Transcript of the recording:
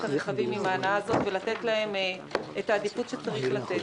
הרכבים עם ההנעה הזאת ולתת להם את העדיפות שצריך לתת.